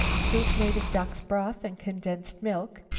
soup made of duck's broth and condensed milk,